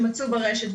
שהם מצאו ברשת.